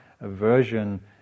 aversion